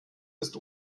ist